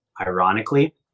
ironically